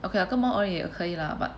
okay 啊跟猫而已也可以 lah but